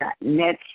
net